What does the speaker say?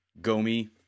Gomi